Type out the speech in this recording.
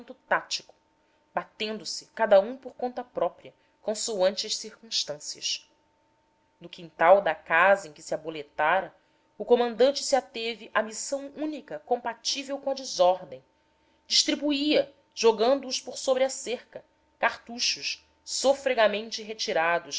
tático batendo se cada um por conta própria consoante as circunstâncias no quintal da casa em que se aboletara o comandante se ateve à missão única compatível com a desordem distribuía jogando os por sobre a cerca cartuchos sofregamente retirados